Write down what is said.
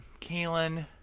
Kalen